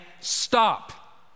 stop